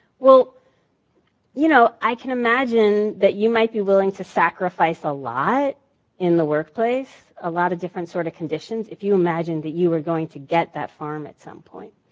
well you know, i can imagine that you might be willing to sacrifice a lot in the workplace, a lot of different sort of conditions, if you imagine that you were going to get that farm at some point.